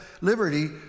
liberty